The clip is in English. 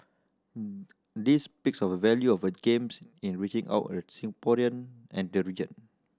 this speaks of a value of a Games in reaching out a Singaporean and the region